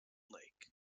lake